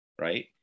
right